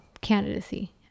candidacy